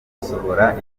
gusohora